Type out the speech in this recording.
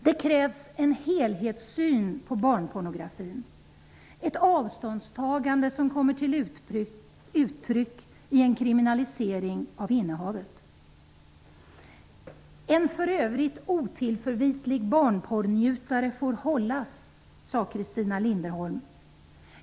Det krävs en helhetssyn på barnpornografin, ett avståndstagande som kommer till uttryck i en kriminalisering av innehavet. En för övrigt otillförvitlig barnporrnjutare får hållas, sade Christina Linderholm.